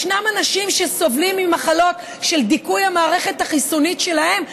יש אנשים שסובלים ממחלות של דיכוי המערכת החיסונית שלהם,